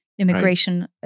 immigration